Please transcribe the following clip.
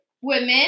Women